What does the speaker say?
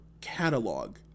catalog